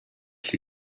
she